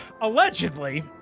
allegedly